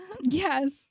Yes